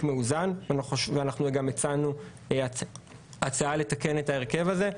מאוזן ואנחנו גם הצענו הצעה לתקן את ההרכב הזה.